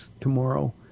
tomorrow